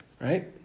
Right